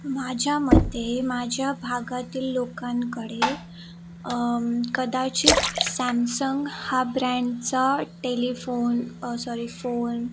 माझ्या मते माझ्या भागातील लोकांकडे कदाचित सॅमसंग हा ब्रँडचा टेलीफोन सॉरी फोन